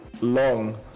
long